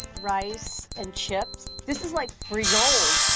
rice and chips. this is, like, free gold.